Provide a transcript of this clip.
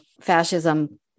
fascism